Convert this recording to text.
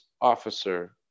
officer